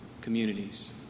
communities